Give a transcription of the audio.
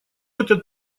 этот